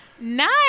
Nice